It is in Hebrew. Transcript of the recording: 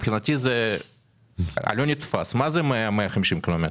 מבחינתי זה לא נתפס, מה זה 150-100 ק"מ?